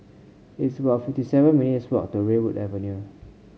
it's about fifty seven minutes' walk to Redwood Avenue